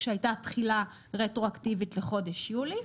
כשהייתה תחילה רטרואקטיבית לחודש יולי,